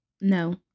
No